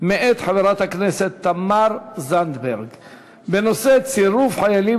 מאת חברת הכנסת תמר זנדברג בנושא: צירוף חיילים